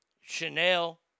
Chanel